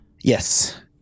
Yes